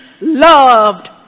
loved